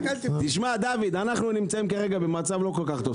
אנחנו נמצאים כרגע במצב לא כל כך טוב.